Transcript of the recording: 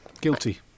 Guilty